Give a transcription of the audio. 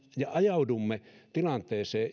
ajaudumme tähän tilanteeseen